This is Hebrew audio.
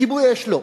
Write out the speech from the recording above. כיבוי אש, לא?